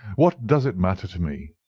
what does it matter to me.